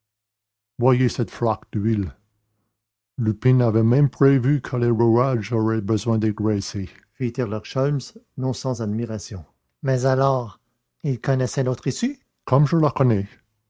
voyez cette flaque d'huile lupin avait même prévu que les rouages auraient besoin d'être graissés fit herlock sholmès non sans admiration mais alors il connaissait l'autre issue comme je la connais